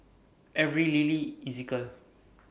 Avery Lilly Ezekiel